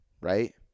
right